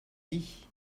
dit